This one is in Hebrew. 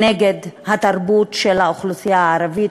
נגד התרבות של האוכלוסייה הערבית,